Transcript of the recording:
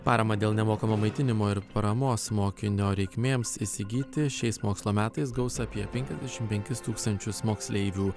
paramą dėl nemokamo maitinimo ir paramos mokinio reikmėms įsigyti šiais mokslo metais gaus apie penkiadešimt penkis tūkstančius moksleivių